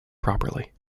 properly